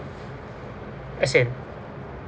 as in